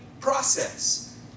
process